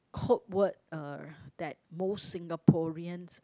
quote word uh that most Singaporeans